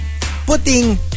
putting